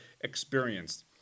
experienced